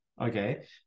Okay